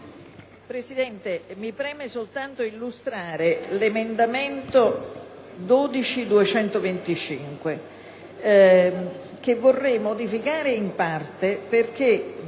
Presidente, mi preme soltanto illustrare l'emendamento 12.225, che vorrei modificare in parte perché,